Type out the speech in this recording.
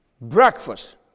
Breakfast